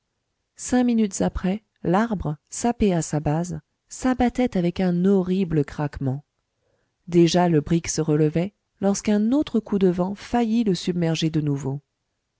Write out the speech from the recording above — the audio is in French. cinq minutes après l'arbre sapé à sa base s'abattait avec un horrible craquement déjà le brick se relevait lorsqu'un autre coup de vent faillit le submerger de nouveau